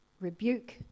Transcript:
rebuke